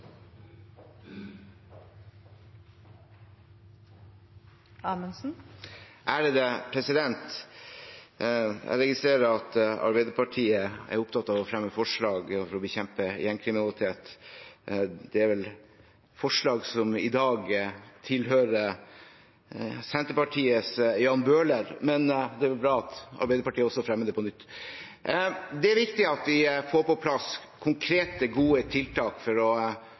Amundsen – til oppfølgingsspørsmål. Jeg registrerer at Arbeiderpartiet er opptatt av å fremme forslag for å bekjempe gjengkriminalitet. Det er vel forslag som i dag tilhører Senterpartiets Jan Bøhler, men det er bra at Arbeiderpartiet også fremmer dem på nytt. Det er viktig at vi får på plass konkrete, gode tiltak for å